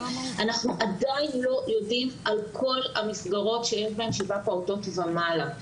אנחנו עדיין לא יודעים על כל המסגרות שיש בהם שישה פעוטות ומעלה.